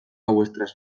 vuestras